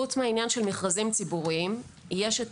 פרט לעניין המכרזים הציבוריים יש את